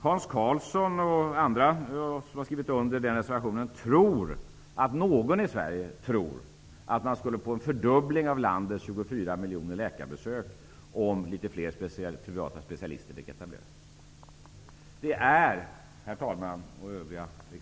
Hans Karlsson och de andra som har skrivit under reservationen tror att någon i Sverige tror att man skulle få en fördubbling av landets 24 miljoner läkarbesök per år om några fler privata specialister fick etablera sig. Herr talman!